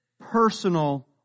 personal